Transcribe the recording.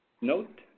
Note